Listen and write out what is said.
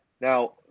Now